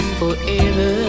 forever